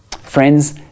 Friends